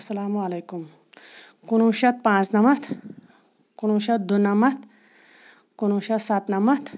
اَسَلامُ علیکُم کُنوُہ شیٚتھ پانٛژھ نَمَتھ کُنوُہ شیٚتھ دُنَمَتھ کُنوُہ شیٚتھ سَتنَمَتھ